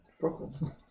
Brooklyn